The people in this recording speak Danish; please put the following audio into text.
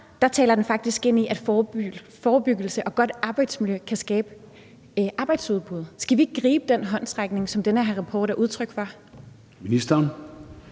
Her taler den faktisk ind i, at forebyggelse og godt arbejdsmiljø kan skabe arbejdsudbud. Skal vi ikke gribe den håndsrækning, som den her rapport er udtryk for? Kl.